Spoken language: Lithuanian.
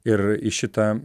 ir į šitą